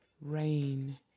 rain